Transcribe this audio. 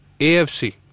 AFC